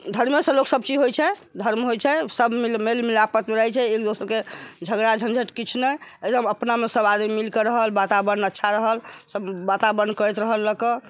धर्मे सँ लोके सबचीज होइ छै धर्म होइ छै सब मेल मिलाप आपस मे रहै छै एकदोसर के झगड़ा झंझट किछु नहि एकदम अपना मे सब आदमी मिल कऽ रहल वातावरण अच्छा रहल सब वातावरण करैत रहल लए क